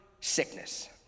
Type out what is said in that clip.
sickness